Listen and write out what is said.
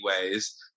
ways